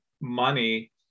money